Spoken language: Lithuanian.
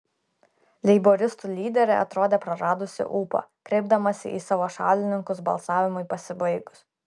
leiboristų lyderė atrodė praradusį ūpą kreipdamasi į savo šalininkus balsavimui pasibaigus